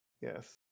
Yes